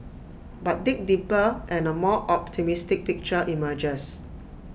but dig deeper and A more optimistic picture emerges